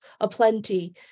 aplenty